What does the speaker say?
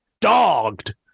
dogged